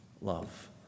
love